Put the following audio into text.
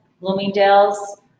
Bloomingdale's